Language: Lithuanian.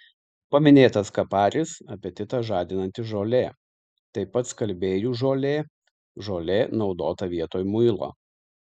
paminėtas kaparis apetitą žadinanti žolė taip pat skalbėjų žolė žolė naudota vietoj muilo